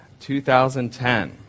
2010